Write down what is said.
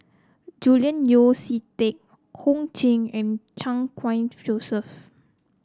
Julian Yeo See Teck Ho Ching and Chan Khun Joseph